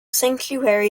sanctuary